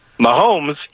Mahomes